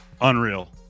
unreal